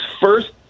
first